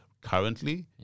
currently